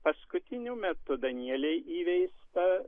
paskutiniu metu danieliai įveista